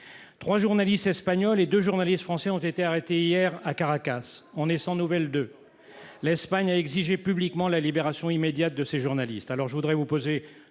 Trois journalistes espagnols et deux journalistes français ont été arrêtés hier à Caracas. On est sans nouvelles d'eux. L'Espagne a exigé publiquement la libération immédiate de ses journalistes.